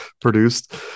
produced